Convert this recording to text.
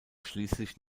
schließlich